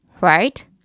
right